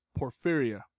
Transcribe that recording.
porphyria